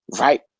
right